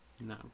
No